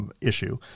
issue